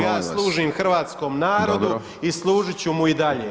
Ja služim hrvatskom narodu i služiti ću mu i dalje.